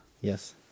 Yes